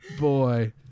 boy